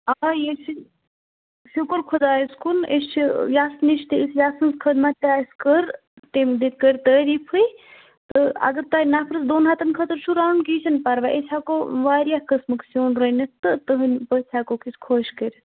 آ یے چھُ شُکُر خۄدایَس کُن أسۍ چھِ یَس نِش تہِ أسۍ یَس سٕنٛز خدمَت تہِ اَسہِ کٔر تٔمۍ تہِ کٔرۍ تعٲریٖفٕے تہٕ اگر تۄہہِ نفرَس دۄن ہَتَن خٲطرٕ چھُ رَنُن کیٚنٛہہ چھُنہٕ پرواے أسۍ ہیٚکو واریاہ قٕسمُک سِیُن رٔنِتھ تہٕ تٔہٕنٛدۍ پٔژھۍ ہیٚکوکھ أسۍ خۄش کٔرِتھ